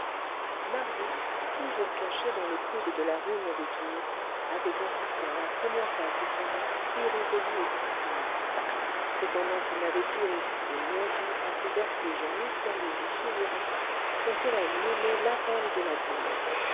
marius toujours caché dans le coude de la rue mondétour avait assisté à la première phase du combat irrésolu et frissonnant cependant il n'avait pu résister longtemps à ce vertige mystérieux et souverain qu'on pourrirait nommer l'appel de l'abîme